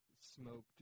smoked